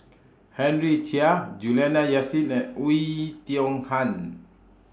Henry Chia Juliana Yasin and Oei Tiong Ham